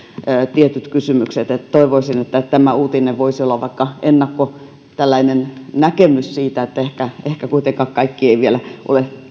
tietyt kysymykset toivoisin että että tämä uutinen voisi olla vaikka tällainen ennakkonäkemys siitä että ehkä ehkä kuitenkaan kaikki ei vielä ole